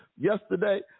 yesterday